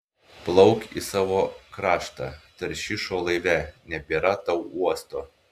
plauk į savo kraštą taršišo laive nebėra tau uosto